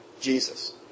Jesus